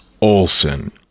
Olson